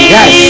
Yes